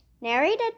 Narrated